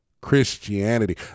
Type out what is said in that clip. Christianity